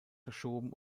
verschoben